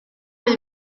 elle